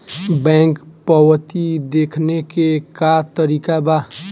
Bank पवती देखने के का तरीका बा?